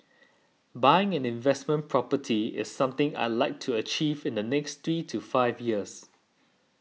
buying an investment property is something I'd like to achieve in the next three to five years